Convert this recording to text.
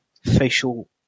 facial